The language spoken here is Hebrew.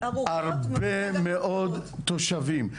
הרבה מאוד תושבים.